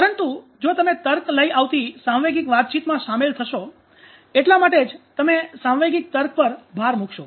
પરંતુ જો તમે તર્ક લઈ આવતી સાંવેગિક વાતચીતમાં શામેલ થશો એટલા માટે જ તમે સાંવેગિક તર્ક પર ભાર મુકશો